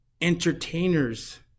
entertainers